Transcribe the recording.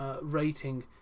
rating